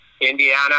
Indiana